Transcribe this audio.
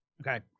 Okay